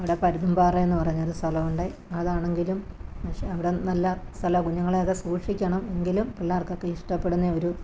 ഇവിടെ പരുന്തും പാറയെന്നു പറഞ്ഞൊരു സ്ഥലമുണ്ട് അതാണങ്കിലും അവിടെ നല്ല സ്ഥലമാണ് കുഞ്ഞുങ്ങളെയൊക്കെ സൂക്ഷിക്കണം എങ്കിലും പിള്ളേർക്കൊക്കെ ഇഷ്ടപ്പെടുന്നെ ഒരു